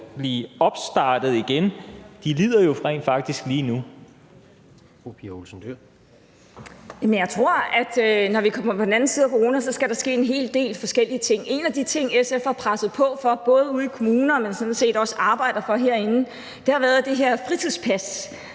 Pia Olsen Dyhr. Kl. 14:47 Pia Olsen Dyhr (SF): Jeg tror, at når vi kommer på den anden side af corona, skal der ske en hel del forskellige ting. En af de ting, SF har presset på for, både ude i kommunerne, men som vi sådan set også arbejder for herinde, har været det her fritidspas,